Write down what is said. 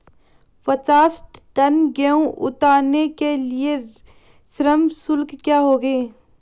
पचास टन गेहूँ उतारने के लिए श्रम शुल्क क्या होगा?